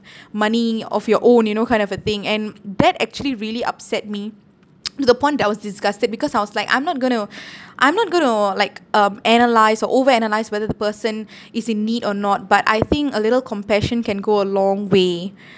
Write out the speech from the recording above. money of your own you know kind of a thing and that actually really upset me to the point that I was disgusted because I was like I'm not going to I'm not going to like um analyse or over analyse whether the person is in need or not but I think a little compassion can go a long way